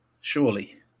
surely